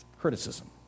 criticism